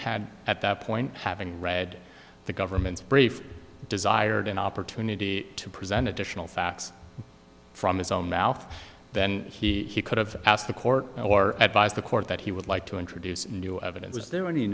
had at that point having read the government's brief desired an opportunity to present additional facts from his own mouth then he could have asked the court or advised the court that he would like to introduce new evidence is there